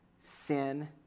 sin